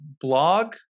blog